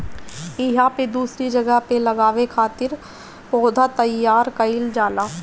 इहां पे दूसरी जगह पे लगावे खातिर पौधा तईयार कईल जाला